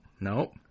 Nope